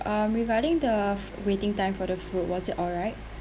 um regarding the waiting time for the food was it alright